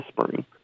spring